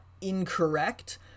incorrect